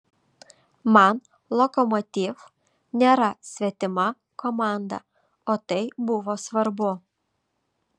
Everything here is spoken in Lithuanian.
man lokomotiv nėra svetima komanda o tai buvo svarbu